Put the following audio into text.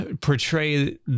portray